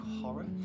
horror